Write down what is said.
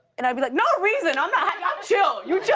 and i'd be like, no reason, i'm not i'm chill. you chill.